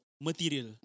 material